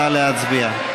נא להצביע.